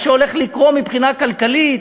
מה שהולך לקרות מבחינה כלכלית: